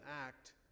act